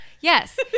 Yes